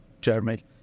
Jeremy